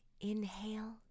inhale